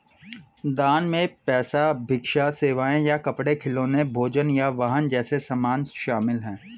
दान में पैसा भिक्षा सेवाएं या कपड़े खिलौने भोजन या वाहन जैसे सामान शामिल हैं